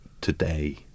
today